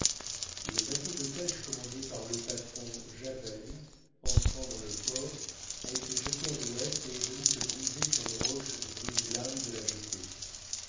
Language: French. le bateau de pêche commandé par le patron javel entrant dans le port a été jeté à l'ouest et est venu se briser sur les roches du brise lames de la jetée